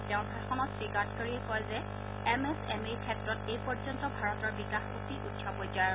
তেওঁৰ ভাষণত শ্ৰীগাডকাৰীয়ে কয় যে এম এচ এম ই ৰ ক্ষেত্ৰত এই পৰ্যন্ত ভাৰতৰ বিকাশ অতি উচ্চ পৰ্যায়ৰ